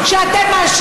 בבקשה.